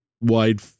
wide